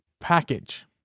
package